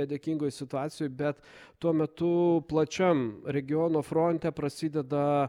nedėkingoj situacijoj bet tuo metu plačiam regiono fronte prasideda